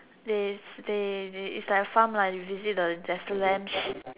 they they they it's like a farm lah you visit the there's a ranch